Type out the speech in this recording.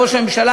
ראש הממשלה,